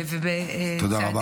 ובצעדים -- תודה רבה.